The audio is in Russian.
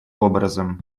образом